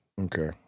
Okay